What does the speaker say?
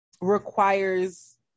requires